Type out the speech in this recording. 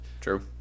true